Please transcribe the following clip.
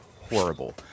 horrible